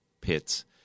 pits